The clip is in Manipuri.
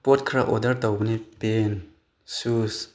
ꯄꯣꯠ ꯈꯔ ꯑꯣꯗꯔ ꯇꯧꯕꯅꯤ ꯄꯦꯟꯠ ꯁꯨꯁ